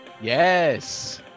yes